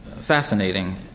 fascinating